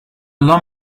low